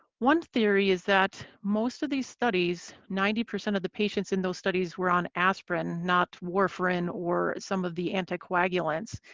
one theory is that most of these studies ninety of the patients in those studies were on aspirin, not warfarin or some of the anticoagulants.